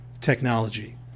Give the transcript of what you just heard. technology